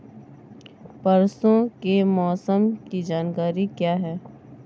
परसों के मौसम की जानकारी क्या है?